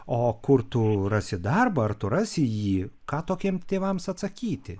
o kur tu rasi darbą ar tu rasi jį ką tokiem tėvams atsakyti